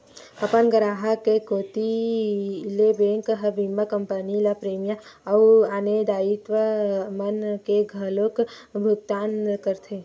अपन गराहक के कोती ले बेंक ह बीमा कंपनी ल प्रीमियम अउ आने दायित्व मन के घलोक भुकतान करथे